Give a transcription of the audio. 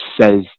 says